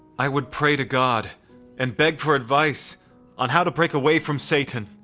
i would pray to god and beg for advice on how to break away from satan.